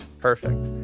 Perfect